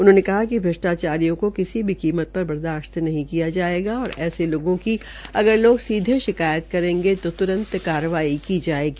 उन्होंने कहा कि भ्रषटाचारियों को किसी भी कीमत पर बर्दाशत नहीं किया जायेगा और ऐसे लोगों की अगर सीधे शिकायत करेंगे तो त्रंत कार्रवाई की जायेगी